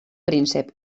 príncep